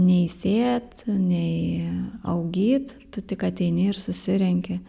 nei sėt nei augyt tu tik ateini ir susirenki